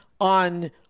on